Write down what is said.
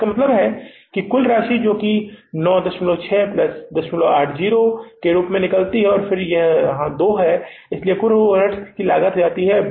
तो इसका मतलब है कि कुल राशि जो 96 प्लस 080 के रूप में यहां से निकलती है और फिर यह 2 कहती है इसलिए कुल ओवरहेड लागत कितनी हो जाती है